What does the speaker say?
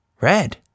red